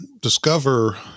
discover